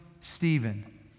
Stephen